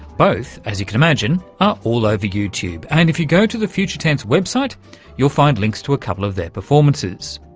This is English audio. both, as you can imagine, are all over youtube, and if you go to the future tense website you'll find links to a couple of their performances.